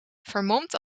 vermomd